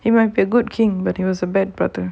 you might be a good king but he is a bad brother